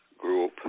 group